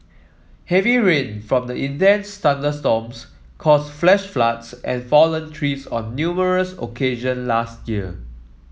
heavy rain from the intense thunderstorms cause flash floods and fallen trees on numerous occasion last year